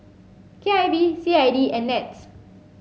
K I V C I D and NETS